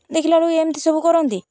ଦେଖିଲା ବେଳକୁ ଏମିତି ସବୁ କରନ୍ତି